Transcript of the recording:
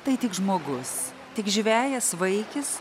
tai tik žmogus tik žvejas vaikis